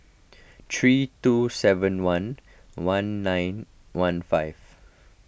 three two seven one one nine one five